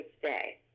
today